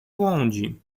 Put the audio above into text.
błądzi